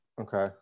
Okay